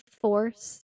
force